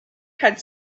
had